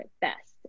best